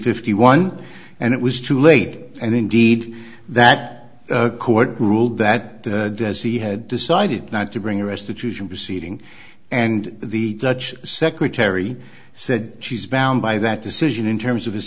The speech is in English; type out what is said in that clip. fifty one and it was too late and indeed that court ruled that as he had decided not to bring a restitution proceeding and the judge secretary said she's bound by that decision in terms of